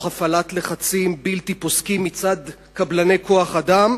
הפעלת לחצים בלתי פוסקים מצד קבלני כוח-אדם,